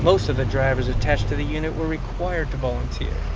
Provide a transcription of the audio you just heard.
most of the drivers attached to the unit were required to volunteer,